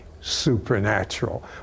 supernatural